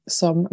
som